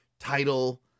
Title